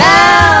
Now